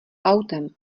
autem